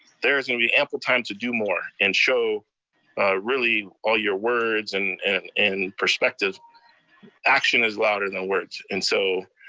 there is gonna be ample time to do more and show really all your words and and and perspectives. action is louder than words. and so